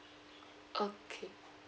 okay